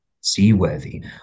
seaworthy